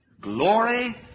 glory